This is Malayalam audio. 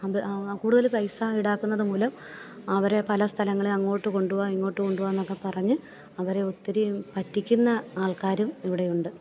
കൂടുതല് പൈസ ഈടാക്കുന്നതു മൂലം അവരെ പല സ്ഥലങ്ങളില് അങ്ങോട്ട് കൊണ്ടുപോവാം ഇങ്ങോട്ട് കൊണ്ടുപോവന്നൊക്കെ പറഞ്ഞ് അവരെ ഒത്തിരി പറ്റിക്കുന്ന ആൾക്കാരും ഇവിടെ ഉണ്ട്